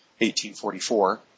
1844